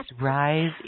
rise